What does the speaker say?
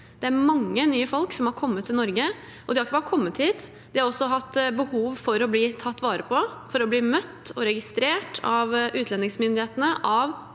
Det er mange nye folk som har kommet til Norge, og de har ikke bare kommet hit, de har også hatt behov for å bli tatt vare på, for å bli møtt og registrert av utlendingsmyndighetene